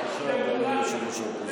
עכשיו הדברים של ראש האופוזיציה.